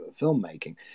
filmmaking